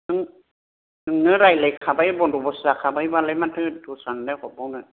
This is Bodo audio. नों नोंजों रायज्लायखाबाय बन्दबस जाखाबायबालाय मानोथो दस्रानोलाय हरबावनो